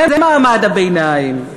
זה מעמד הביניים.